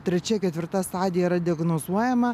trečia ketvirta stadija yra diagnozuojama